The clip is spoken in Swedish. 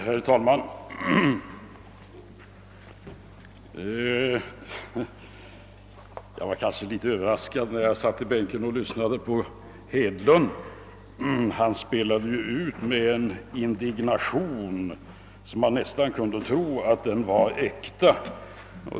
Herr talman! Jag blev litet överraskad när jag satt i bänken och lyssnade till herr Hedlund. Han spelade ut en indignation så stor att man nästan kunde tro att den var äkta.